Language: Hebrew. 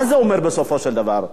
מה זה אומר בסופו של דבר?